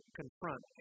confront